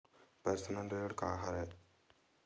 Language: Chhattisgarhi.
पर्सनल ऋण का हरय?